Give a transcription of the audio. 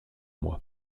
moi